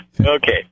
Okay